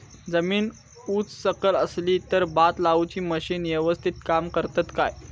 जमीन उच सकल असली तर भात लाऊची मशीना यवस्तीत काम करतत काय?